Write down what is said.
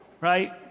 Right